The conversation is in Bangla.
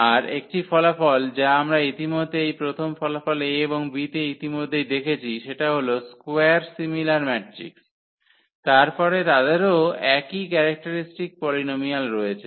আর একটি ফলাফল যা আমরা ইতিমধ্যে এই প্রথম ফলাফল A এবং B তে ইতিমধ্যেই দেখেছি সেটা হল স্কোয়ার সিমিলার ম্যাট্রিক্স তারপরে তাদেরও একই ক্যারেক্টারিস্টিক পলিনোমিয়াল রয়েছে